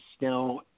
now